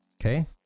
Okay